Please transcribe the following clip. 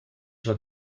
sua